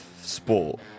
sport